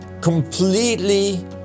completely